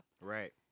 right